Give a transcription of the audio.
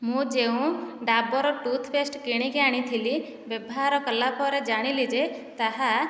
ମୁଁ ଯେଉଁ ଡାବର ଟୁଥପେଷ୍ଟ କିଣିକି ଆଣିଥିଲି ବ୍ୟବହାର କଲାପରେ ଜାଣିଲି ଯେ ତାହା